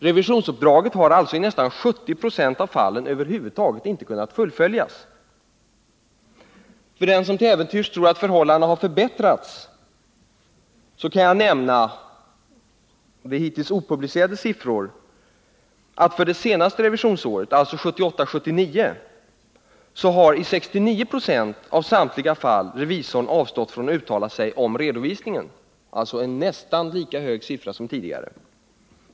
Revisionsuppdraget har alltså i nästan 70 20 av fallen över huvud taget inte kunnat fullföljas. För den som till äventyrs tror att förhållandena har förbättrats kan jag nämna — det här är hittills opublicerade siffror — att för det senaste revisionsåret, alltså 1978/79, har i 69 26 av samtliga fall revisorn avstått från att uttala sig om redovisningen. Alltså en nästan lika hög siffra som tidigare.